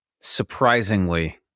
surprisingly